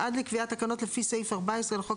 "עד לקביעת תקנות לפי סעיף 14 לחוק